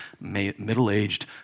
middle-aged